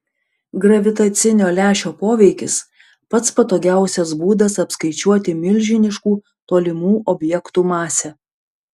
gravitacinio lęšio poveikis pats patogiausias būdas apskaičiuoti milžiniškų tolimų objektų masę